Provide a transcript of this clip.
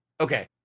Okay